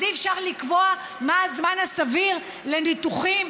אז אי-אפשר לקבוע מה הזמן הסביר לניתוחים?